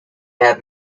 have